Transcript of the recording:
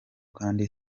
kandi